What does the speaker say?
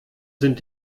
sind